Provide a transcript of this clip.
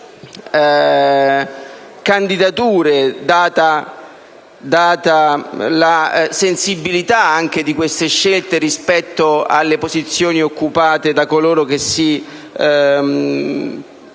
di candidature, data la sensibilità di queste scelte rispetto alle posizioni occupate da coloro che si